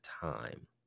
time